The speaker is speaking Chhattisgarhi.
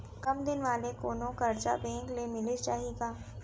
कम दिन वाले कोनो करजा बैंक ले मिलिस जाही का?